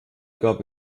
gab